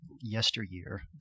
yesteryear